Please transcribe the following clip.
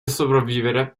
sopravvivere